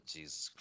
Jesus